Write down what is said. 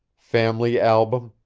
family album,